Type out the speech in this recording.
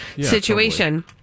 situation